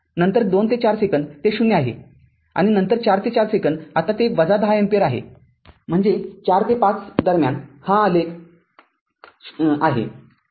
नंतर २ ते ४ सेकंदते ० आहे आणि नंतर ४ ते ४ सेकंद आता ते १० एम्पीअर आहे म्हणजे ४ ते ५ दरम्यान हा आलेख आहे